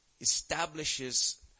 establishes